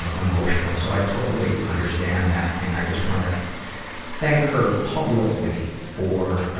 ah emotional. so i totally understand that, and i just wanna thank her publicly for, ah,